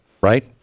Right